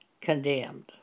condemned